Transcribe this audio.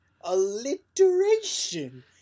alliteration